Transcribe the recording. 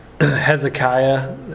Hezekiah